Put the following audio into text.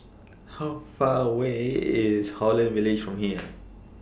How Far away IS Holland Village from here